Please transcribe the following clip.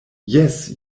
jes